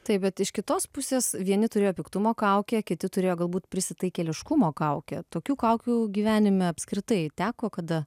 taip bet iš kitos pusės vieni turėjo piktumo kaukę kiti turėjo galbūt prisitaikėliškumo kaukę tokių kaukių gyvenime apskritai teko kada